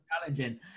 challenging